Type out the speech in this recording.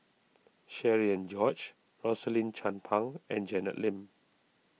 Cherian George Rosaline Chan Pang and Janet Lim